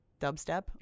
Dubstep